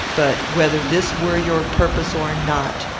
but, whether this were your purpose or not,